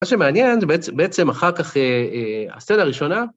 מה שמעניין זה בעצם, אחר כך הסצנה הראשונה.